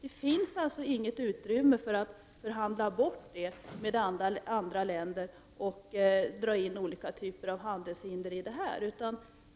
Det finns alltså inget utrymme för att förhandla bort den föreskriften med andra länder och dra in olika handelshinder i detta sammanhang.